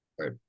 Right